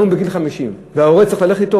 גם אם הוא בגיל 50 והורה צריך ללכת אתו,